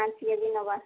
ପାଞ୍ଚ K G ନବା